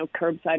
curbside